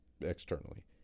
externally